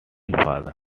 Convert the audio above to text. father